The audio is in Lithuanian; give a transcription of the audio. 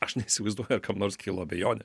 aš neįsivaizduoju ar kam nors kilo abejonė